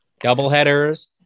Doubleheaders